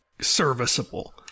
serviceable